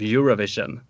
Eurovision